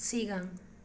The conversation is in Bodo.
सिगां